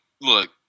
Look